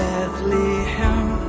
Bethlehem